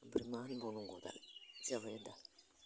ओमफ्राय मा होनबावनांगौ दा जाबायदा